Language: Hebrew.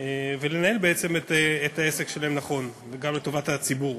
ולנהל את העסק שלהם נכון וגם לטובת הציבור.